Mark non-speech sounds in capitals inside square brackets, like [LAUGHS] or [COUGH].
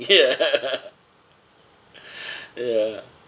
[LAUGHS] ya ya